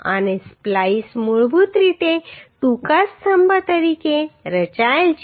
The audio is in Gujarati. અને સ્પ્લાઈસ મૂળભૂત રીતે ટૂંકા સ્તંભ તરીકે રચાયેલ છે